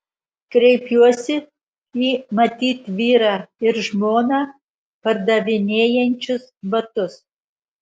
kreipiuosi į matyt vyrą ir žmoną pardavinėjančius batus